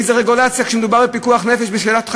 איזו רגולציה, כשמדובר בפיקוח נפש, בשאלת חיים?